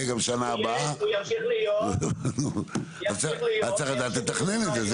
גם בשנה הבאה וצריך לדעת לתכנן את זה,